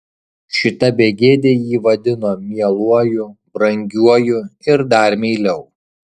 šita begėdė jį vadino mieluoju brangiuoju ir dar meiliau